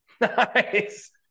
Nice